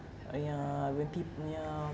!aiya! repeat punya